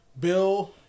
Bill